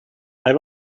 hij